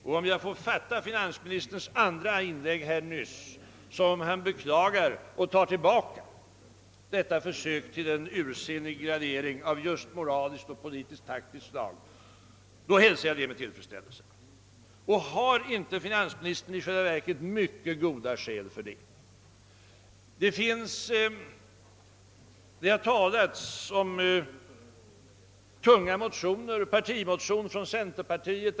Men om jag får fatta finansministerns andra inlägg så, att han beklagar och tar tillbaka detta ursinniga försök att göra en gradering i fråga om moral och politisk taktik, hälsar jag det med tillfredsställelse. Det har i debatten talats om en partimotion från centern och tunga motioner från folkpartiet.